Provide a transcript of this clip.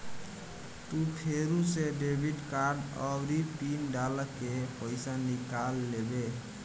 तू फेरू से डेबिट कार्ड आउरी पिन डाल के पइसा निकाल लेबे